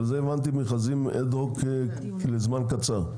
אבל אלה, הבנתי, מכרזים אד-הוק לזמן קצר.